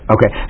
Okay